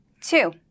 two